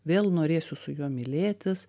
vėl norėsiu su juo mylėtis